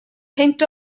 peint